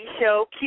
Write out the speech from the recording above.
Show